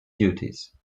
duties